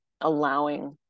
Allowing